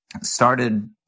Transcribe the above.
started